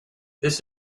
this